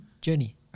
journey